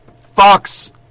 Fox